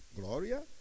Gloria